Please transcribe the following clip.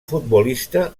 futbolista